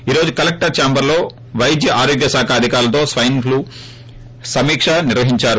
ఈ రోజు కలెక్టర్ ధాంబరులో పైద్య ఆరోగ్య శాఖ అధికారులతో స్ప్రెన్ ప్లూపై సమీక్ష నిర్వహిందారు